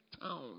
town